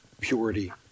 purity